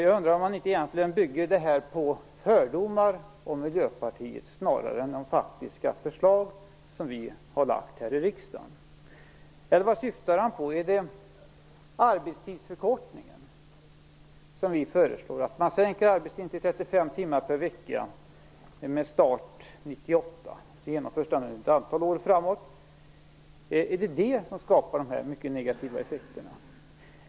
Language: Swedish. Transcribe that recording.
Jag undrar om han egentligen inte bygger påståendet på fördomar mot Miljöpartiet, snarare än på de faktiska förslag som vi har lagt fram här i riksdagen. Vad är det han syftar på? Är det förslaget om arbetstidsförkortning? Vi föreslår att man sänker arbetstiden till 35 timmar per vecka med start 1998. Det genomförs sedan under ett antal år framöver. Är det detta som skapar de mycket negativa effekterna?